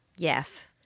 Yes